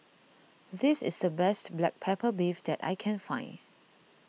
this is the best Black Pepper Beef that I can find